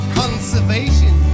conservation